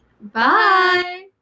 Bye